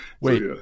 Wait